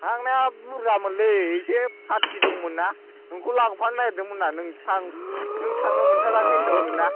थांनाया बुर्जामोनलै एसे पार्टि दंमोनना नोंखौ लांफानो नागिरदोंमोन आं नों थां नों थांनो मोनथाराखै होनदोंमोन ना